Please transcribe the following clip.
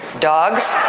dogs,